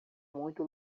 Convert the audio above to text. muito